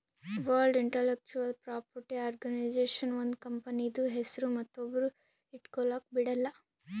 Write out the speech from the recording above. world Intellectual Property Organization ಒಂದ್ ಕಂಪನಿದು ಹೆಸ್ರು ಮತ್ತೊಬ್ರು ಇಟ್ಗೊಲಕ್ ಬಿಡಲ್ಲ